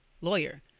lawyer